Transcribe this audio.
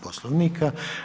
Poslovnika.